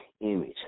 image